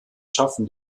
schaffen